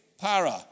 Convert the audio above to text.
para